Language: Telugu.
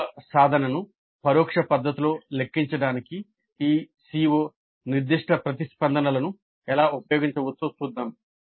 CO ల సాధనను పరోక్ష పద్ధతిలో లెక్కించడానికి ఈ CO నిర్దిష్ట ప్రతిస్పందనలను ఎలా ఉపయోగించవచ్చో చూద్దాం